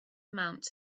amounts